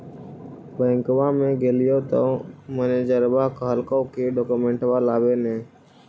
बैंकवा मे गेलिओ तौ मैनेजरवा कहलको कि डोकमेनटवा लाव ने?